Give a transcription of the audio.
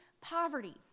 poverty